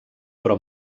però